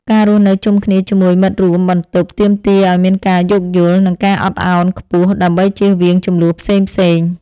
ការរស់នៅជុំគ្នាជាមួយមិត្តរួមបន្ទប់ទាមទារឱ្យមានការយោគយល់ និងការអត់ឱនខ្ពស់ដើម្បីជៀសវាងជម្លោះផ្សេងៗ។